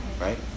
right